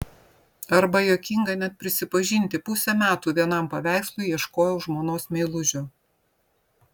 arba juokinga net prisipažinti pusę metų vienam paveikslui ieškojau žmonos meilužio